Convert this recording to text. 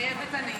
מתחייבת אני